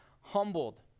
humbled